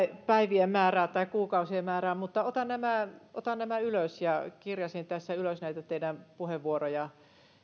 päivien määrää tai kuukausien määrää mutta otan nämä otan nämä ylös kirjasin tässä ylös näitä teidän puheenvuorojanne